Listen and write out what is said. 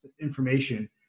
information